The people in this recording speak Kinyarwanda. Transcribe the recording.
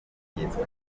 bategetswe